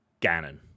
Ganon